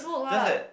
just that